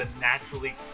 naturally